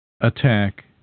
attack